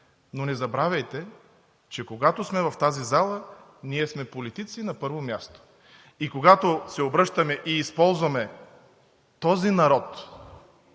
Но не забравяйте, че когато сме в тази зала, ние сме на първо място политици. И когато се обръщаме и използваме „този народ“